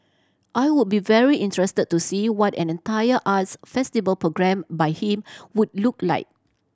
I would be very interested to see what an entire arts festival programme by him would look like